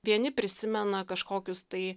vieni prisimena kažkokius tai